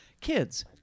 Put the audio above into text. kids